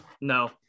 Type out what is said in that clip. No